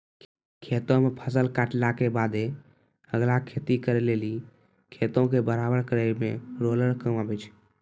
खेतो मे फसल काटला के बादे अगला खेती करे लेली खेतो के बराबर करै मे रोलर काम आबै छै